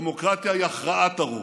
דמוקרטיה היא הכרעת הרוב,